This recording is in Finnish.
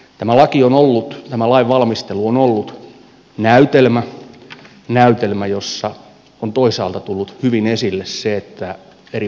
tämä laki on ollut tämän lain lainvalmistelu on ollut näytelmä jossa on toisaalta tullut hyvin esille se että eri puolueilla on eroja